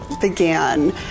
began